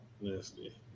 Nasty